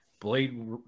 Blade